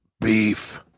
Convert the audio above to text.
beef